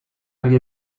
argi